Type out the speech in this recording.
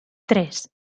tres